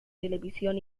televisión